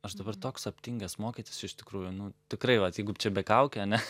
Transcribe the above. aš dabar toks aptingęs mokytis iš tikrųjų nu tikrai vat jeigu čia be kaukių ane